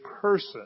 person